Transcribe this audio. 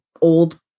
old